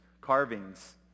carvings